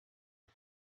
had